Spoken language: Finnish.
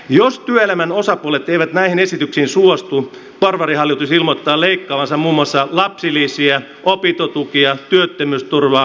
jos työelämän osapuolet eivät näihin esityksiin suostu porvarihallitus ilmoittaa leikkaavansa muun muassa lapsilisiä opintotukia työttömyysturvaa ja yliopiston rahoitusta